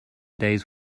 day’s